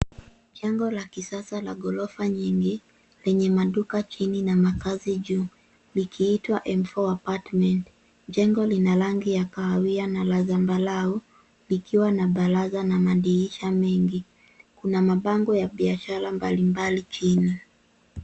Jengo la kisasa la ghorofa nyingi lenye maduka chini na makazi juu likiitwa M4 Apartments. Jengo lina rangi ya kahawia na la zambarau likiwa na baraza na madirisha mengi. Kuna mabango ya biashara mbalimbali chini.